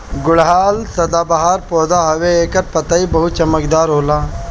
गुड़हल सदाबाहर पौधा हवे एकर पतइ बहुते चमकदार होला